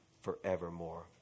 forevermore